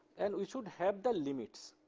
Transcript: and it should have the limits.